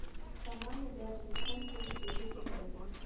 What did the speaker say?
सामान्य ब्याज में कम शुल्क देबे के पड़ेला